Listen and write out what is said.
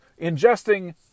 ingesting